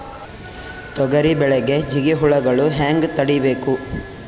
ತೊಗರಿ ಬೆಳೆಗೆ ಜಿಗಿ ಹುಳುಗಳು ಹ್ಯಾಂಗ್ ತಡೀಬೇಕು?